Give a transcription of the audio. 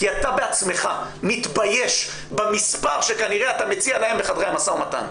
כי אתה בעצמך מתבייש במספר שכנראה אתה מציע להן בחדרי המשא ומתן,